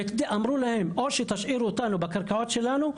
אמרו להם: "או שתשאירו אותנו בקרקעות שלנו,